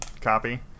copy